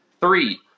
Three